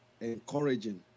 encouraging